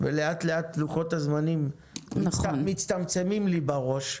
ולאט-לאט לוחות הזמנים מצטמצמים לי בראש,